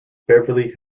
beverly